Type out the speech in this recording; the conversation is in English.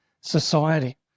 society